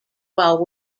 while